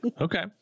Okay